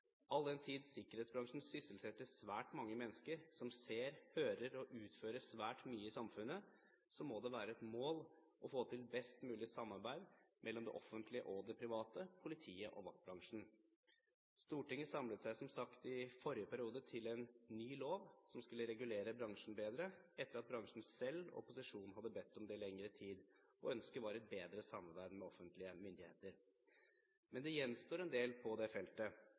All den tid sikkerhetsbransjen sysselsetter svært mange mennesker som ser, hører og utfører svært mye i samfunnet, må det være et mål å få til et best mulig samarbeid mellom det offentlige og det private, politiet og vaktbransjen. Stortinget samlet seg som sagt i forrige periode til en ny lov som skulle regulere bransjen bedre, etter at bransjen selv og opposisjonen hadde bedt om det i lengre tid. Ønsket var et bedre samarbeid med offentlige myndigheter. Men det gjenstår en del på dette feltet,